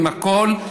עם הכול,